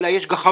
אלא יש גחמות.